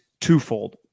twofold